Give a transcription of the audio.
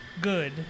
good